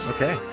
Okay